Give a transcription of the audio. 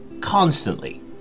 constantly